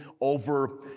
over